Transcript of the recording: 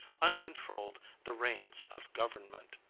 uncontrolled, the reins of government.